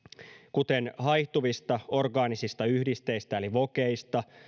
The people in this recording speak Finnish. kuten haihtuvista orgaanisista yhdisteistä eli voceista